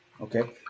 Okay